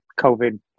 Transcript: COVID